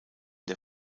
der